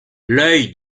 l’œil